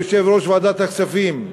יושב-ראש ועדת הכספים,